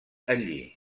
allí